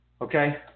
Okay